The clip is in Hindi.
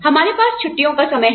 हमारे पास छुट्टियों का समय है